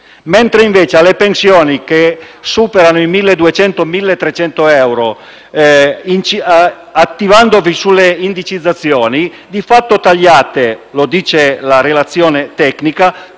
mentre invece alle pensioni che superano i 1.200-1.300 euro, attivandovi sulle indicizzazioni, di fatto tagliate, come dice la relazione tecnica,